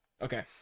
Okay